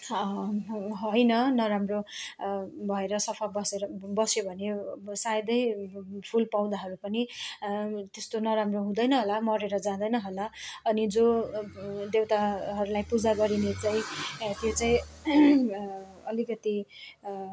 ह होइन नराम्रो भएर सफा बसेर बस्यो भने सायदै फुलपौधाहरू पनि त्यस्तो नराम्रो हुँदैन होला मरेर जाँदैन होला अनि जो देवताहरूलाई पूजा गरिने चाहिँ त्यो चाहिँ अलिकति